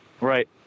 Right